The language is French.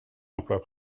emplois